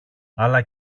αλλά